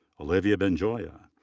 olivia benjoya.